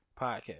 podcast